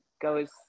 Goes